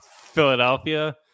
Philadelphia